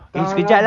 entah lah